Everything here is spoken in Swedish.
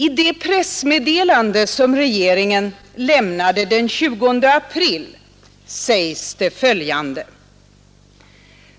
I det pressmeddelande som regeringen lämnade den 20 april sägs att